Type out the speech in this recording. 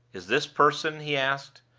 is this person, he asked,